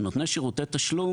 ונותני שירותי תשלום,